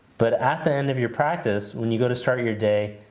but at the end of your practice when you go to start your day,